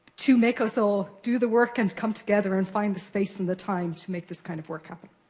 to make us all do the work and come together and find the space and the time to make this kind of work happen.